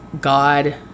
God